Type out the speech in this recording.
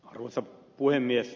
arvoisa puhemies